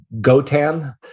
gotan